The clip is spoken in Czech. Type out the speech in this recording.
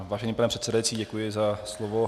Vážený pane předsedající, děkuji za slovo.